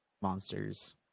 Monsters